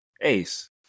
Ace